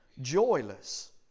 joyless